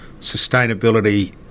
sustainability